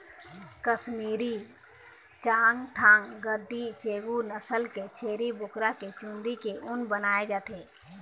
कस्मीरी, चाँगथाँग, गद्दी, चेगू नसल के छेरी बोकरा के चूंदी के ऊन बनाए जाथे